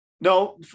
No